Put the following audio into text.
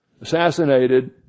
assassinated